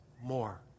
more